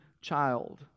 child